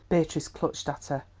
beatrice clutched at her.